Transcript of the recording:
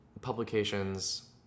publications